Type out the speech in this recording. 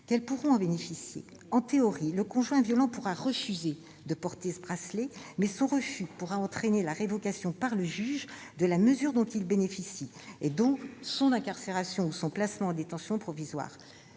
qu'elles pourront en bénéficier. En théorie, le conjoint violent pourra refuser de porter ce bracelet, mais son refus pourra entraîner la révocation, par le juge, de la mesure dont il bénéficie, et donc son incarcération ou son placement en détention provisoire.